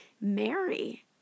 Mary